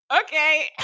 okay